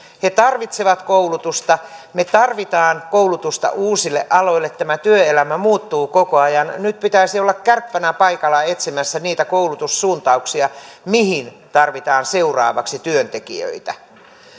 he tarvitsevat koulutusta me tarvitsemme koulutusta uusille aloille tämä työelämä muuttuu koko ajan nyt pitäisi olla kärppänä paikalla etsimässä niitä koulutussuuntauksia mihin tarvitaan seuraavaksi työntekijöitä